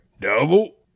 double